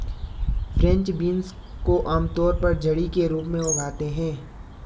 French beans को आमतौर पर झड़ी के रूप में उगाते है